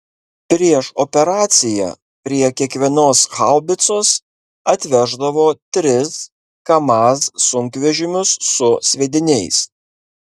prieš operaciją prie kiekvienos haubicos atveždavo tris kamaz sunkvežimius su sviediniais